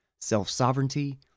self-sovereignty